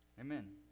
Amen